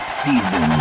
season